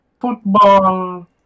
football